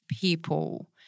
people